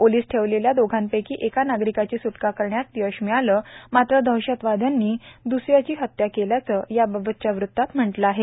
ओलिस ठेवलेल्या दोघांपैकी एका नागरिकाची सुटका करण्यात यश मिळालं मात्र दहशतवाद्यांनी दुसऱ्याची हत्या केल्याचं याबाबतच्या वृत्तात म्हटलं आहे